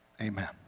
Amen